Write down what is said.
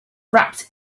wrapped